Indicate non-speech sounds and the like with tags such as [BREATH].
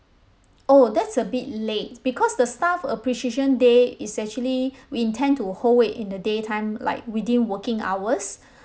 [NOISE] oh that's a bit late because the staff appreciation day is actually [BREATH] we intend to hold it in the daytime like within working hours [BREATH]